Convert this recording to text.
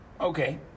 Okay